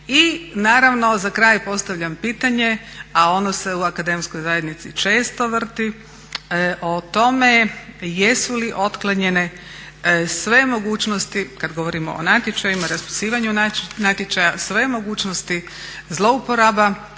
I naravno za kraj postavljam pitanje, a ono se u akademskoj zajednici često vrti, o tome jesu li otklonjene sve mogućnosti, kad govorimo o natječajima, raspisivanju natječaja, sve mogućnosti zlouporaba